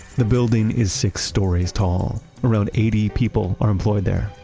the building is six stories tall. around eighty people are employed there.